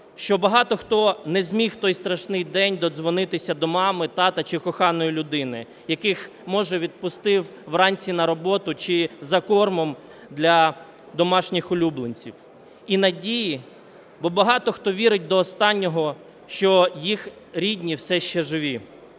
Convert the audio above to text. що багато хто не зміг в той страшний день додзвонитися до мами, тата чи коханої людини, яких може відпустив вранці на роботу чи за кормом для домашніх улюбленців. І надії, бо багато хто вірить до останнього, що їх рідні все ще живі.